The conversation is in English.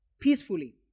peacefully